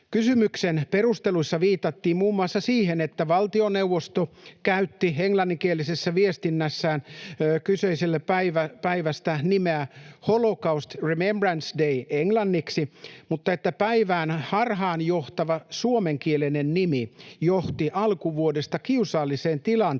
Kysymyksen perusteluissa viitattiin muun muassa siihen, että valtioneuvosto käytti englanninkielisessä viestinnässään kyseisestä päivästä englanniksi nimeä Holocaust Remembrance Day mutta päivän harhaanjohtava suomenkielinen nimi johti alkuvuodesta kiusalliseen tilanteeseen,